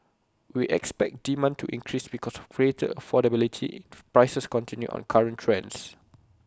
we expect demand to increase because of greater affordability prices continue on current trends